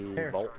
and